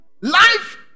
Life